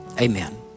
Amen